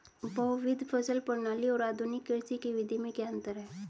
बहुविध फसल प्रणाली और आधुनिक कृषि की विधि में क्या अंतर है?